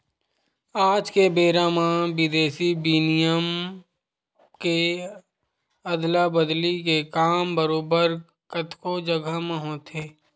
आज के बेरा म बिदेसी बिनिमय के अदला बदली के काम बरोबर कतको जघा म होथे